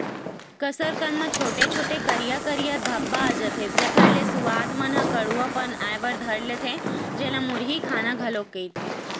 कसरकंद म छोटे छोटे, करिया करिया धब्बा आ जथे, जेखर ले सुवाद मन म कडुआ पन आय बर धर लेथे, जेला मुरही खाना घलोक कहिथे